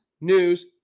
news